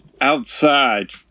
Outside